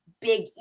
big